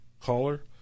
caller